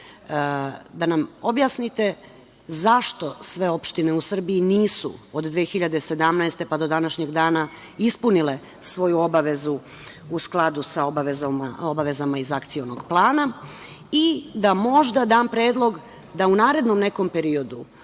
da nam objasnite zašto sve opštine u Srbiji nisu od 2017. godine, pa do današnjeg dana, ispunile svoju obavezu u skladu sa obavezama iz Akcionog plana i da možda dam predlog da u narednom nekom periodu,